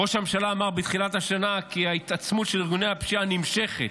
ראש הממשלה אמר בתחילת השנה כי ההתעצמות של ארגוני הפשיעה נמשכת,